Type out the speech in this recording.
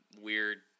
weird